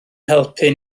helpu